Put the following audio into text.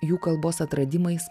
jų kalbos atradimais